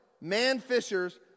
man-fishers